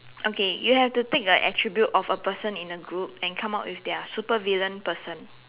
okay you have to take the attribute of a person in a group and come out with their supervillain person